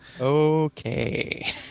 Okay